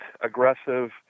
aggressive